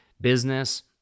business